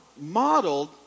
modeled